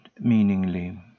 meaningly